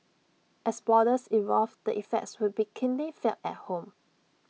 as borders evolve the effects would be keenly felt at home